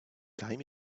time